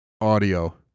audio